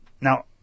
Now